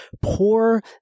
poor